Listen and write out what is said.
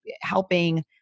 helping